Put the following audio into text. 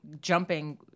jumping